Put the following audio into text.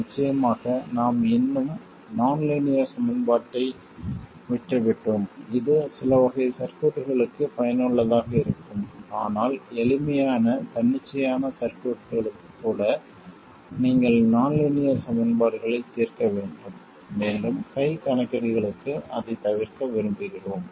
நிச்சயமாக நாம் இன்னும் நான் லீனியர் சமன்பாட்டை விட்டுவிட்டோம் இது சில வகை சர்க்யூட்களுக்கு பயனுள்ளதாக இருக்கும் ஆனால் எளிமையான தன்னிச்சையான சர்க்யூட்களுக்கு கூட நீங்கள் நான் லீனியர் சமன்பாடுகளைத் தீர்க்க வேண்டும் மேலும் கை கணக்கீடுகளுக்கு அதைத் தவிர்க்க விரும்புகிறோம்